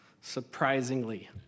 surprisingly